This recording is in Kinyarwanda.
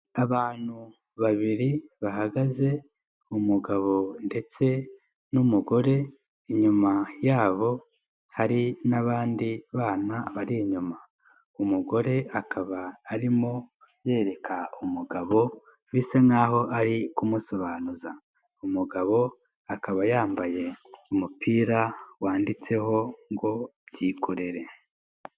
Abantu babiri bahagaze umugabo ndetse n'umugore, inyuma yabo hari n'abandi bana bari inyuma, umugore akaba arimo yereka umugabo bisa nkaho ari kumusobanuza, umugabo akaba yambaye umupira wanditseho ngo byikorere.